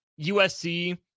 USC